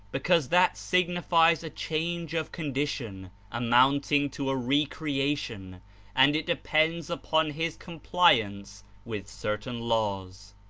because that signifies a change of condition amounting to a re-crcatlon, and it depends upon his compliance with certain laws.